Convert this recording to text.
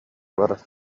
барар